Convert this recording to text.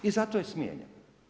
I zato je smijenjen.